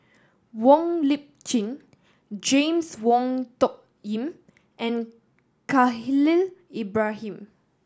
Wong Lip Chin James Wong Tuck Yim and Khalil Ibrahim